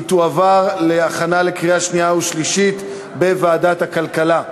היא תועבר להכנה לקריאה שנייה ושלישית בוועדת הכלכלה.